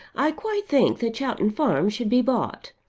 i quite think that chowton farm should be bought.